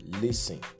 listen